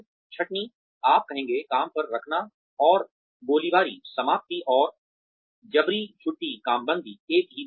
छंटनी आप कहेंगे काम पर रखने और गोलीबारी समाप्ति और जब्री छुट्टीकामबंदी एक ही बात है